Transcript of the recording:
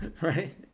Right